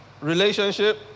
Relationship